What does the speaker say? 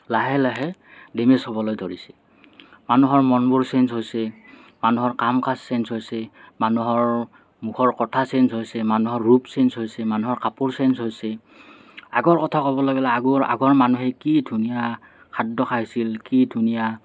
লাহে লাহে ডেমেজ হ'বলৈ ধৰিছে মানুহৰ মনবোৰ ছেইঞ্জ হৈছে মানুহৰ কাম কাজ ছেইঞ্জ হৈছে মানুহৰ মুখৰ কথা ছেইঞ্জ হৈছে মানুহৰ ৰূপ ছেইঞ্জ হৈছে মানুহৰ কাপোৰ ছেইঞ্জ হৈছে আগৰ কথা ক'বলৈ গ'লে আগৰ আগৰ মানুহে কি ধুনীয়া খাদ্য খাইছিল কি ধুনীয়া